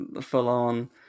full-on